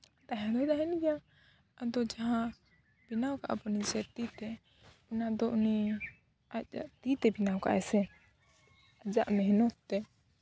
ᱛᱟᱦᱮ ᱫᱚ ᱛᱟᱦᱮᱱ ᱜᱮᱭᱟ ᱟᱫᱚ ᱡᱟᱦᱟᱸ ᱵᱮᱱᱟᱣ ᱠᱟᱜᱼᱟ ᱵᱚᱱ ᱥᱮ ᱛᱤ ᱛᱮ ᱚᱱᱟ ᱫᱚ ᱩᱱᱤ ᱟᱡᱟᱜ ᱛᱤ ᱛᱮ ᱵᱮᱱᱟᱣ ᱠᱟᱜᱼᱟᱭ ᱥᱮ ᱟᱡᱟᱜ ᱢᱮᱦᱱᱚᱛ ᱛᱮ